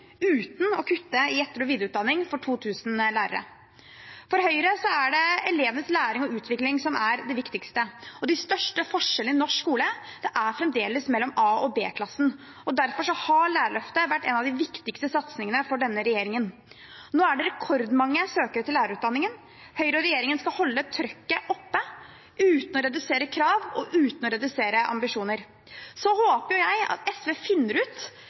uten å kutte i etter- og videreutdanning for 2 000 lærere. For Høyre er det elevenes læring og utvikling som er det viktigste, og de største forskjellene i norsk skole er fremdeles mellom A- og B-klassen. Derfor har lærerløftet vært en av de viktigste satsingene for denne regjeringen. Nå er det rekordmange søkere til lærerutdanningen. Høyre og regjeringen skal holde trykket oppe uten å redusere krav og uten å redusere ambisjoner. Så håper jeg at SV finner ut